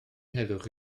heddwch